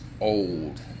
old